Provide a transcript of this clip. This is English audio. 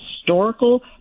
historical